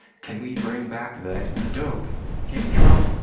can we bring back that dope kick drum.